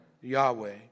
Yahweh